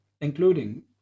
including